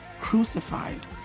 crucified